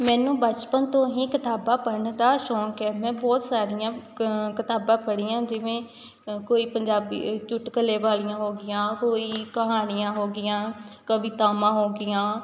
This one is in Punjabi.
ਮੈਨੂੰ ਬਚਪਨ ਤੋਂ ਹੀ ਕਿਤਾਬਾਂ ਪੜ੍ਹਨ ਦਾ ਸ਼ੌਂਕ ਹੈ ਮੈਂ ਬਹੁਤ ਸਾਰੀਆਂ ਕ ਕਿਤਾਬਾਂ ਪੜ੍ਹੀਆਂ ਜਿਵੇਂ ਅ ਕੋਈ ਪੰਜਾਬੀ ਚੁਟਕਲੇ ਵਾਲੀਆਂ ਹੋ ਗਈਆਂ ਕੋਈ ਕਹਾਣੀਆਂ ਹੋ ਗਈਆਂ ਕਵਿਤਾਵਾਂ ਹੋ ਗਈਆਂ